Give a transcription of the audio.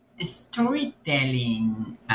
Storytelling